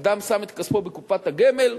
אדם שם את כספו בקופת הגמל,